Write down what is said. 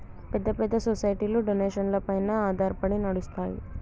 పెద్ద పెద్ద సొసైటీలు డొనేషన్లపైన ఆధారపడి నడుస్తాయి